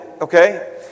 okay